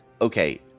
okay